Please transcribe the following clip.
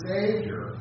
Savior